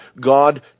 God